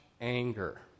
anger